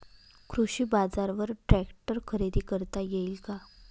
कृषी बाजारवर ट्रॅक्टर खरेदी करता येईल का?